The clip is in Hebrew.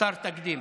חסר תקדים.